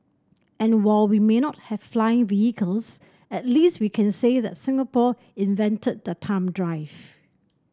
and while we may not have flying vehicles at least we can say that Singapore invented the thumb drive